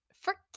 forget